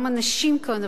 גם הנשים כאן,